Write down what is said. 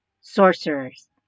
sorcerers